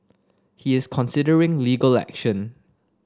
he is considering legal action